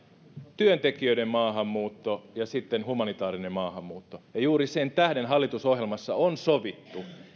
työntekijöiden maahanmuutto ja humanitaarinen maahanmuutto juuri sen tähden hallitusohjelmassa on sovittu